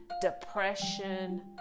depression